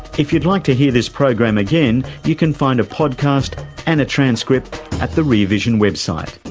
if you'd like to hear this program again, you can find a podcast and a transcript at the rear vision website.